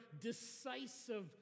decisive